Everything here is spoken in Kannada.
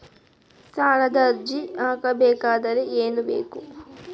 ಸಾಲದ ಅರ್ಜಿ ಹಾಕಬೇಕಾದರೆ ಏನು ಬೇಕು?